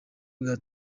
bwa